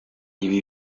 ibi